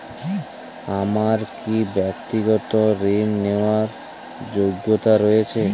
আমার কী ব্যাক্তিগত ঋণ নেওয়ার যোগ্যতা রয়েছে?